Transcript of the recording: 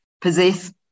possess